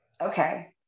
Okay